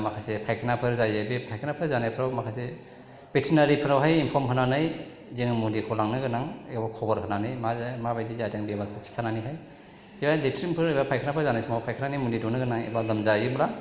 माखासे फायखानाफोर जायो बे फायखानाफोर जानायफ्राव माखासे बेटेनारिफोरावहाय इनफर्म होनानै जों मुलिखौ लांनो गोनां एबा खबर होनानै मा माबायदि जादों बेमारखौ खिथानानैहाय जेनबा लेट्रिनफोर एबा फायखानाफोर जानाय समाव फायखानानि मुलि दौनो गोनां एबा लोमजायोबा